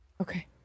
Okay